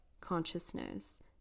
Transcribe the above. consciousness